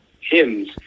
hymns